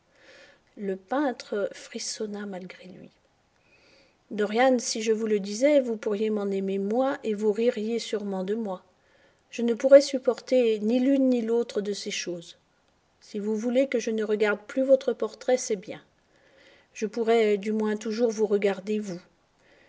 le peintre frissonna malgré lui dorian si je vous le disais vous pourriez m'en aimer moins et vous ririez sûrement de moi je ne pourrai supporter ni l'une ni l'autre de ces choses si vous voulez que je ne regarde plus votre portrait c'est bien je pourrai du moins toujours vous regarder vous